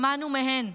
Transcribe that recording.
שמענו מהן,